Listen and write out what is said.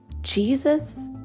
Jesus